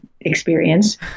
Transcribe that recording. experience